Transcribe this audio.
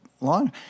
long